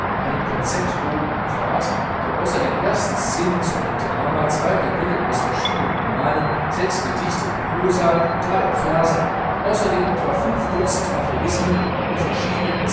einen conceptbogen in quart der außer den ersten scenen zu einem drama zwei kapitel aus verschiedenen romanen sechs gedichte in prosa drei in versen und außerdem etwa fünf dutzend aphorismen und verschiedene